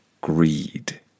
greed